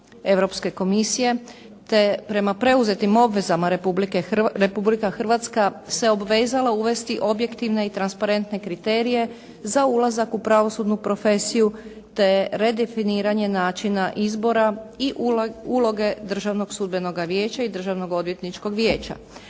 te prema preuzetim obvezama Republike Hrvatske, Republika Hrvatska se obvezala uvesti objektivne i transparentne kriterije za ulazak u pravosudnu profesiju, te redefiniranje načina izbora i uloge Državnog sudbenog vijeća i Državno odvjetničkog vijeća.